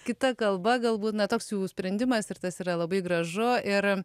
kita kalba galbūt na toks jau sprendimas ir tas yra labai gražu ir